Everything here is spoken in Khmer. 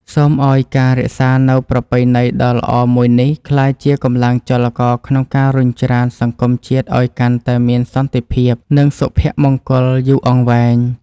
សូមឱ្យការរក្សានូវប្រពៃណីដ៏ល្អមួយនេះក្លាយជាកម្លាំងចលករក្នុងការរុញច្រានសង្គមជាតិឱ្យកាន់តែមានសន្តិភាព និងសុភមង្គលយូរអង្វែង។